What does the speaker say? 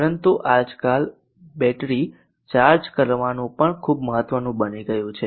પરંતુ આજકાલ battery charge કરવાનું પણ ખૂબ મહત્વનું બની ગયું છે